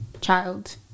child